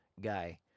guy